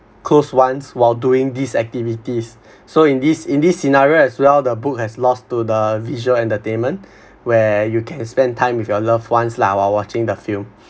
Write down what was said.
close ones while doing these activities so in this in this scenario as well the book has lost to the visual entertainment where you can spend time with your loved ones lah while watching the film